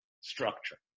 structure